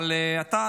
אבל אתה,